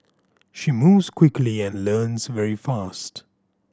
she moves quickly and learns very fast